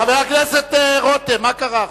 חבר הכנסת רותם, מה קרה עכשיו?